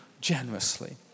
generously